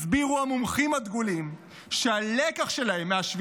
הסבירו המומחים הדגולים שהלקח שלהם מ-7